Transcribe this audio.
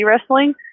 wrestling